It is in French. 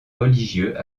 religieux